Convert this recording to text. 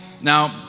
now